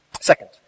Second